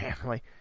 family